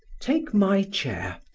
take my chair,